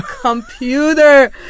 computer